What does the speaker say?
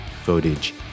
footage